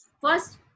first